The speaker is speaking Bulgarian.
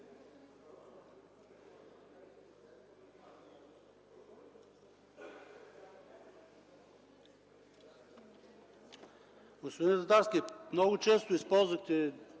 Господин Татарски, много често използвахте